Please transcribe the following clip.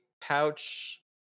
pouch